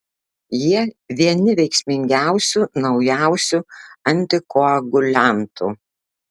jie vieni veiksmingiausių naujausių antikoaguliantų